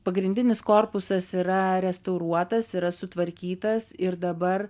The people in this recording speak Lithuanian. pagrindinis korpusas yra restauruotas yra sutvarkytas ir dabar